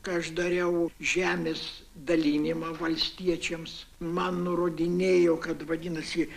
kai aš dariau žemės dalinimą valstiečiams man nurodinėjo kad vadinasi